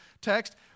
text